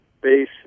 base